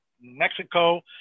Mexico